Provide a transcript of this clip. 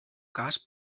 cas